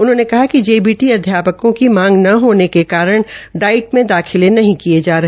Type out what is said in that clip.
उन्होंने कहा कि जेबीटी अध्यापकों की मांग न होने के कारण डाइट में दाखिले नहीं किये जा रहे